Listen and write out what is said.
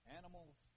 animals